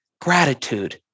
Gratitude